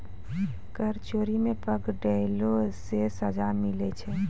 कर चोरी मे पकड़ैला से सजा मिलै छै